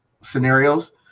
scenarios